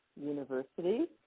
University